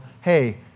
Hey